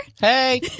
Hey